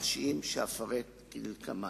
הראשיים שאפרט, כדלקמן.